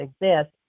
exist